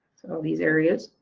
these areas